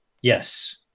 Yes